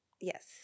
Yes